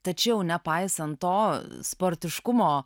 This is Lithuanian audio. tačiau nepaisant to sportiškumo